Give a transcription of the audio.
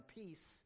peace